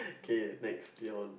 K next you're on